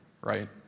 right